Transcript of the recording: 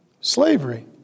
Slavery